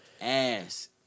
ass